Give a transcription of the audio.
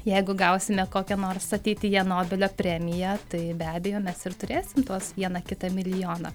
jeigu gausime kokią nors ateityje nobelio premiją tai be abejo mes ir turėsim tuos vieną kitą milijoną